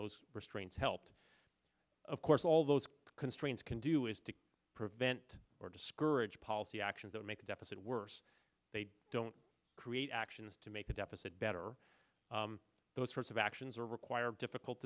those restraints helped of course all those constraints can do is to prevent or discourage policy actions that make the deficit worse they don't create actions to make the deficit better those sorts of actions are required difficult